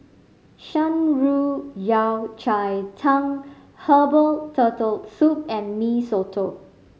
Shan Rui Yao Cai Tang herbal Turtle Soup and Mee Soto